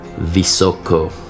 Visoko